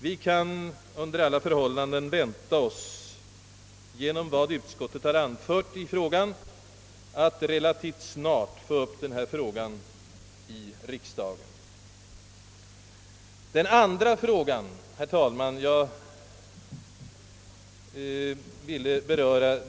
Vi kan under alla förhållanden, genom vad utskottet har anfört vänta oss att relativt snart få upp denna särskilda fråga om färg-TV till behandling i riksdagen.